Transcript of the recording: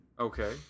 Okay